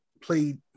played